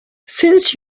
since